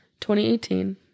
2018